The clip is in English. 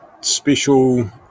special